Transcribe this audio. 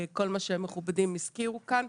כל מה שהמכובדים הזכירו כאן,